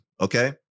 okay